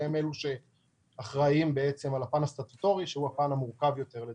הם אלה שאחראיים על הפן הסטטוטורי שהוא הפן המורכב יותר לדעתי.